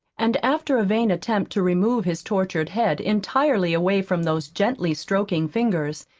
and after a vain attempt to remove his tortured head, entirely away from those gently stroking fingers,